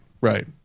Right